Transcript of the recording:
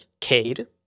Cade